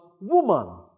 woman